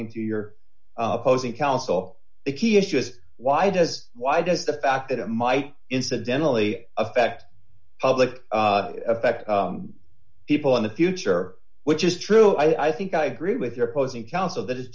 into your opposing counsel the key issue is why does why does the fact that it might incidentally affect public affect people in the future which is true i think i agree with your opposing counsel that is